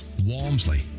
Walmsley